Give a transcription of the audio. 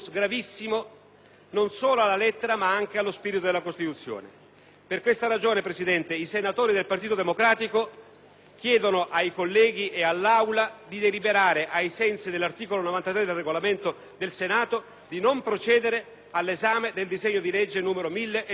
non solo alla lettera ma anche allo spirito della Costituzione. Per queste ragioni, signor Presidente, i senatori del Partito Democratico chiedono ai colleghi e all'Aula di deliberare, ai sensi dell'articolo 93 del Regolamento del Senato, di non procedere all'esame del disegno di legge n. 1369.